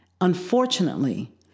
unfortunately